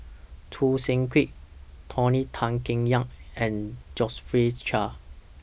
Choo Seng Quee Tony Tan Keng Yam and Josephine Chia